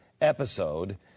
episode